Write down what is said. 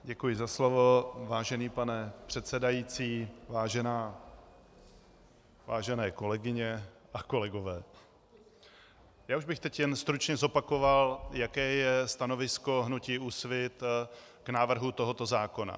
Děkuji za slovo, vážený pane předsedající, vážené kolegyně a kolegové, já už bych teď jen stručně zopakoval, jaké je stanovisko hnutí Úsvit k návrhu tohoto zákona.